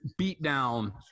beatdown